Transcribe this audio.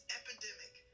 epidemic